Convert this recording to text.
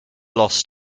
lost